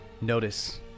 notice